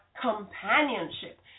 companionship